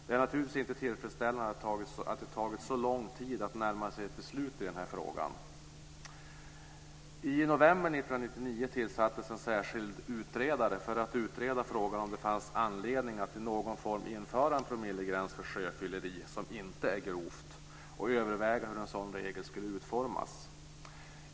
Det är naturligtvis inte tillfredsställande att det har tagit så lång tid att närma sig ett beslut i den här frågan. I november 1999 tillsattes en särskild utredare för att utreda frågan om det fanns anledning att i någon form införa en promillegräns för sjöfylleri som inte är grovt och överväga hur en sådan regel skulle utformas.